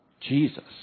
Jesus